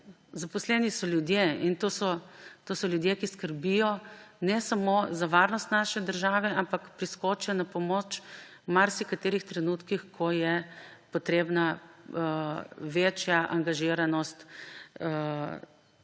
Zaposleni so ljudje in to so ljudje, ki skrbijo ne samo za varnost naše države, ampak tudi priskočijo na pomoč v marsikaterih trenutkih, ko je potrebna večja angažiranost takih